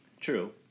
True